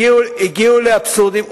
הגיעו לאבסורדים,